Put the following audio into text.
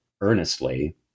earnestly